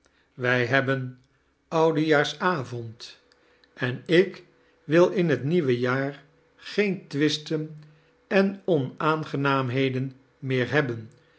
wij hebben oudejaarsavond en ik wil in het nieuwe jaar geen twisten en onaangenaamheden meer hebben